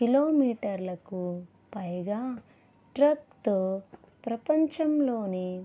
కిలోమీటర్లకు పైగా ట్రాప్తో ప్రపంచంలోనే